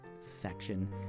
section